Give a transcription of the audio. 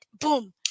Boom